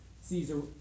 Caesar